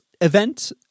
event